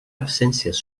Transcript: absències